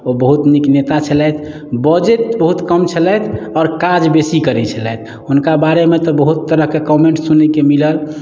ओ बहुत नीक नेता छलथि बऽजैत बहुत कम छलथि आओर काज बेसी करै छलथि हुनका बारे मे तऽ बहुत तरह के कॉमेंट सुनै के मिलल